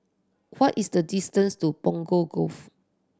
what is the distance to Punggol Cove